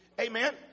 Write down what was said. Amen